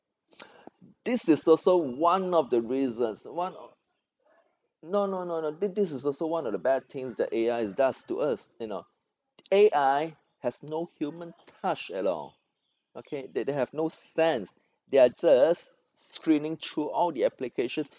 this is also one of the reasons one no no no no this this is also one of the bad things that A_I does to us you know A_I has no human touch at all okay they they have no sense they are just screening through all the application